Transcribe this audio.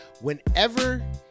whenever